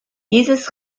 dieses